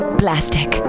plastic